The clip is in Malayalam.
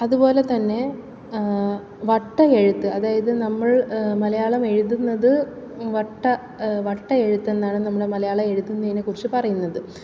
അതുപോലെത്തന്നെ വട്ടെഴുത്ത് അതായത് നമ്മൾ മലയാളം എഴുതുന്നത് വട്ടെഴുത്തെന്നാണ് നമ്മുടെ മലയാളം എഴുതുന്നതിനെ കുറിച്ച് പറയുന്നത്